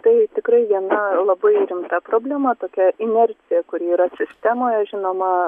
tai tikrai viena labai rimta problema tokia inercija kuri yra sistemoj žinoma